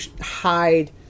hide